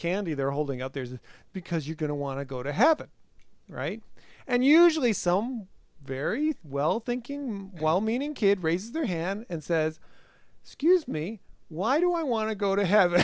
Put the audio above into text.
candy they're holding out there is because you're going to want to go to heaven right and usually some very well thinking well meaning kid raises their hand and says excuse me why do i want to go to heaven